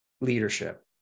leadership